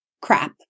crap